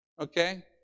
okay